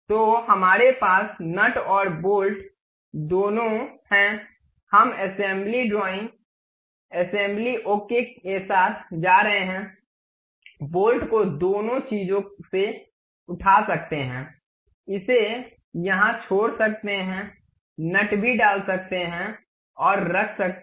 तो हमारे पास नट और बोल्ट दोनों हैं हम असेंबली ड्राइंग असेंबली ओके के साथ जा सकते हैं बोल्ट को दोनों चीजों से उठा सकते हैं इसे यहां छोड़ सकते हैं नट भी डाल सकते हैं और रख सकते हैं